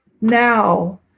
now